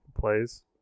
plays